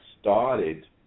started